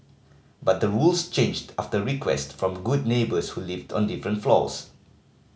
but the rules changed after request from good neighbours who lived on different floors